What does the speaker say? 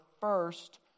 first